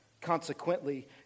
consequently